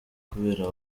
kubera